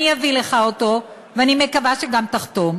ואני אביא לך אותו, ואני מקווה שגם תחתום.